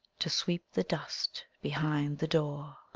to sweep the dust behind the door.